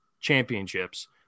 championships